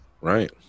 Right